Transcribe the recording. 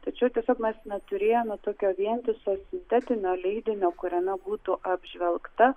tačiau tiesiog mes neturėjome tokio vientiso sintetinio leidinio kuriame būtų apžvelgta